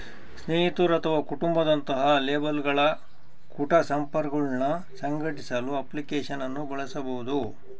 ಸ್ನೇಹಿತರು ಅಥವಾ ಕುಟುಂಬ ದಂತಹ ಲೇಬಲ್ಗಳ ಕುಟ ಸಂಪರ್ಕಗುಳ್ನ ಸಂಘಟಿಸಲು ಅಪ್ಲಿಕೇಶನ್ ಅನ್ನು ಬಳಸಬಹುದು